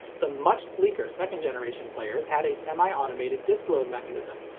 the much sleeker second generation players had a semi-automated disc load mechanism,